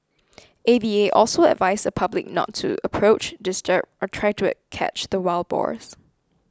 A V A also advised the public not to approach disturb or try to it catch the wild boars